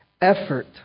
effort